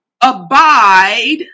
abide